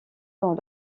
dans